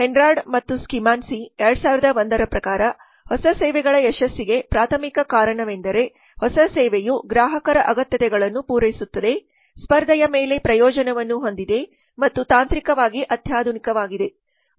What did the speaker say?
Henard ಮತ್ತು Szymanski 2001 ರ ಪ್ರಕಾರ ಹೊಸ ಸೇವೆಗಳ ಯಶಸ್ಸಿಗೆ ಪ್ರಾಥಮಿಕ ಕಾರಣವೆಂದರೆ ಹೊಸ ಸೇವೆಯು ಗ್ರಾಹಕರ ಅಗತ್ಯತೆಗಳನ್ನು ಪೂರೈಸುತ್ತದೆ ಸ್ಪರ್ಧೆಯ ಮೇಲೆ ಪ್ರಯೋಜನವನ್ನು ಹೊಂದಿದೆ ಮತ್ತು ತಾಂತ್ರಿಕವಾಗಿ ಅತ್ಯಾಧುನಿಕವಾಗಿದೆ